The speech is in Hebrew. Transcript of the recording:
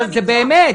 אבל זה באמת,